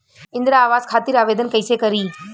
इंद्रा आवास खातिर आवेदन कइसे करि?